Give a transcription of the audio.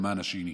למען השני.